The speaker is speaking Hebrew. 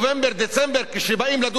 כשבאים לדון על תקציב המדינה,